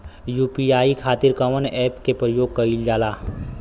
UPI खातीर कवन ऐपके प्रयोग कइलजाला?